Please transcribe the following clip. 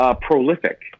prolific